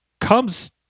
comes